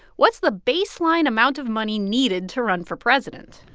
what's the baseline amount of money needed to run for president?